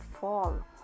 fall